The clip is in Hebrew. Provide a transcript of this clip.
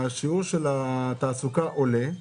שיעור התעסוקה עולה,